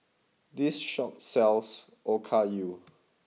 this shop sells Okayu